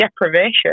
deprivation